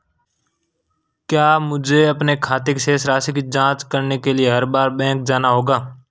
क्या मुझे अपने खाते की शेष राशि की जांच करने के लिए हर बार बैंक जाना होगा?